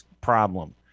problem